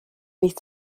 nicht